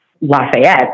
Lafayette